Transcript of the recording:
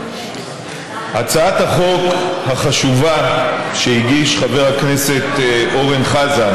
הצעת החוק החשובה שהגיש חבר הכנסת אורן חזן